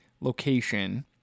location